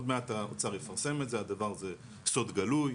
עוד מעט האוצר יפרסם את זה, הדבר זה סוג גלוי.